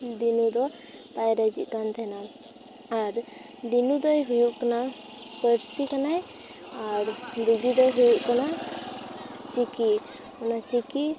ᱫᱤᱱᱩ ᱫᱚ ᱵᱟᱭ ᱨᱟᱹᱡᱤᱜ ᱠᱟᱱ ᱛᱟᱦᱮᱱᱟ ᱟᱨ ᱫᱤᱱᱩ ᱫᱚᱭ ᱦᱩᱭᱩᱜ ᱠᱟᱱᱟ ᱯᱟᱹᱨᱥᱤ ᱠᱟᱱᱟᱭ ᱟᱨ ᱵᱤᱫᱩ ᱫᱚᱭ ᱦᱩᱭᱩᱜ ᱠᱟᱱᱟ ᱪᱤᱠᱤ ᱚᱱᱟ ᱪᱤᱠᱤ